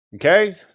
okay